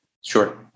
Sure